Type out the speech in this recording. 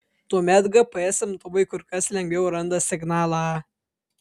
tuomet gps imtuvai kur kas lengviau randa signalą